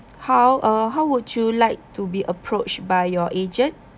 how uh how would you like to be approached by your agent